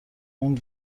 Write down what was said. اون